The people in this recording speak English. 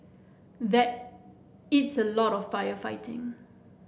that it's a lot of firefighting